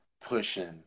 pushing